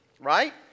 right